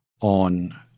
on